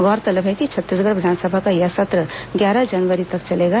गौरतलब है कि छत्तीसगढ़ विधानसभा का यह संत्र ग्यारह जनवरी तक चलेगा